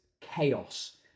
chaos